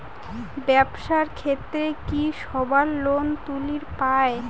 ব্যবসার ক্ষেত্রে কি সবায় লোন তুলির পায়?